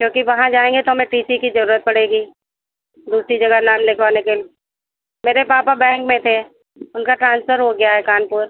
क्योंकि वहाँ जाएँगे तो हमें टी सी की ज़रूरत पड़ेगी दूसरी जगह नाम लिखवाने के मेरे पापा बैंक में थे उनका ट्रान्सफ़र हो गया है कानपुर